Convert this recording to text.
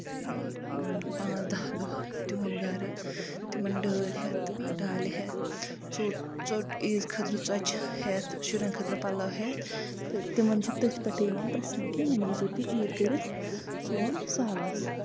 اۭں پانٛژھ دہ دۄہ تِہُند گرٕ تِمَن ڈٲلۍ ہٮ۪تھ ڈالہِ ہٮ۪تھ ژوٚٹ ژوٚٹ عیٖز خٲطرٕ ژۄچہِ ہِنۍ ہٮ۪تھ شُرٮ۪ن خٲطرٕ پَلو ہٮ۪تھ تِمَن چھُ تٔتھۍ پٮ۪ٹھٕے یِوان پرٮ۪ژنہٕ کہِ وۄنۍ یی زیو تُہۍ عیٖد کٔرِتھ سون سالَس